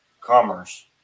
commerce